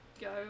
go